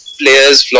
players